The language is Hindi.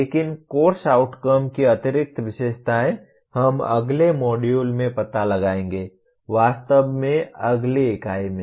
लेकिन कोर्स आउटकम की अतिरिक्त विशेषताएं हम अगले मॉड्यूल में पता लगाएंगे वास्तव में अगली इकाई में